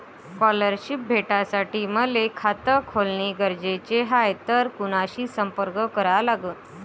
Scholarship भेटासाठी मले खात खोलने गरजेचे हाय तर कुणाशी संपर्क करा लागन?